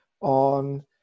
on